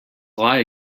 lie